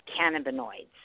cannabinoids